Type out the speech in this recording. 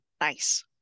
nice